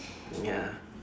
ya